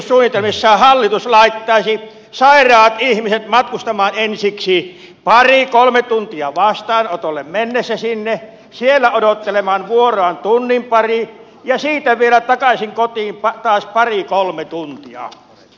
sote uudistussuunnitelmissaan hallitus laittaisi sairaat ihmiset matkustamaan ensiksi pari kolme tuntia vastaanotolle mennessä siellä odottelemaan vuoroaan tunnin pari ja siitä vielä takaisin kotiin taas pari kolme tuntia